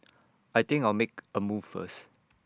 I think I'll make A move first